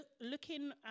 looking